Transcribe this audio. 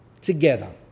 together